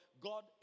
God